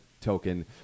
token